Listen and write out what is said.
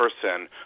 person